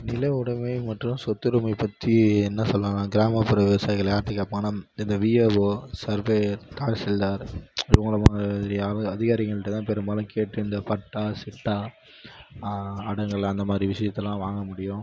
நில உடமை மற்றும் சொத்துரிமை பற்றி என்ன சொல்லலாம் கிராமப்புற விவசாயிகள் யாருகிட்ட கேட்பாங்கனா இந்த விஏஓ சர்வேயர் தாசில்தார் இவங்கள மாதிரி ஆளுங்க அதிகாரிங்கள்ட தான் பெரும்பாலும் கேட்டு இந்த பட்டா சிட்டா அடங்கல் அந்தமாதிரி விஷயத்தெலாம் வாங்க முடியும்